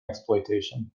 exploitation